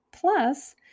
Plus